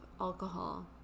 alcohol